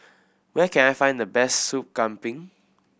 where can I find the best Sup Kambing